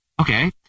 okay